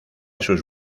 sus